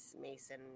Mason